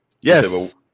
yes